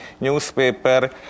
newspaper